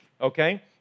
okay